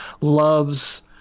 loves